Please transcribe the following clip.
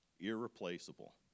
irreplaceable